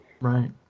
Right